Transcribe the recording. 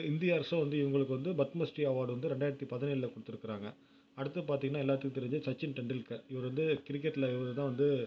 இந்திய அரசும் வந்து இவங்களுக்கு வந்து பத்மஸ்ரீ அவார்டு வந்து ரெண்டாயிரத்தி பதினேலில் கொடுத்திருக்கறாங்க அடுத்தது பார்த்தீங்கன்னா எல்லாத்துக்கும் தெரிஞ்ச சச்சின் டெண்டுல்கர் இவரு வந்து கிரிக்கெட்டில் இவரு தான் வந்து